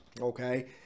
Okay